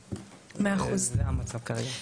זה המצב כרגע.